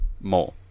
more